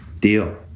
Deal